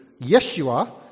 Yeshua